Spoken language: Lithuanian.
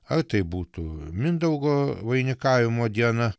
ar tai būtų mindaugo vainikavimo diena